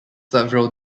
several